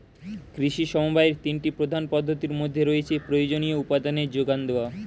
কৃষি সমবায়ের তিনটি প্রধান পদ্ধতির মধ্যে রয়েছে প্রয়োজনীয় উপাদানের জোগান দেওয়া